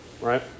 right